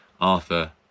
Arthur